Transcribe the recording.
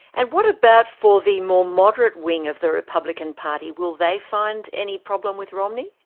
and what about for the more moderate wing of the republican party? will they find any problem with romney?